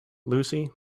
lucy